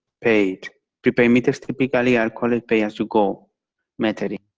pre-paid pre-paid meters typically are called pay-as you-go metering.